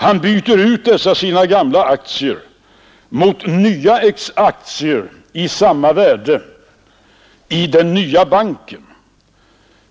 Han byter ut dessa sina gamla aktier mot nya aktier av samma värde i den nya banken.